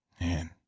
man